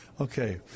okay